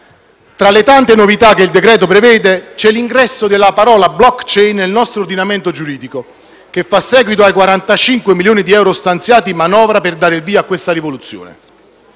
Tra le tante novità che il decreto-legge prevede c'è l'ingresso della parola «*blockchain*» nel nostro ordinamento giuridico, che fa seguito ai 45 milioni di euro stanziati in manovra per dare il via a questa rivoluzione.